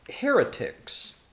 Heretics